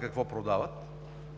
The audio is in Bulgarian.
какво продават